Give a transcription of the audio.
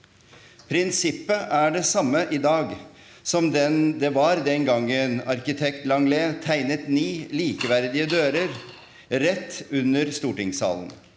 prinsippet er det samme i dag som det var den gangen arkitekt Langlet tegnet ni likeverdige dører rett under stortingssalen.